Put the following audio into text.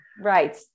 Right